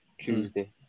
Tuesday